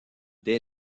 dès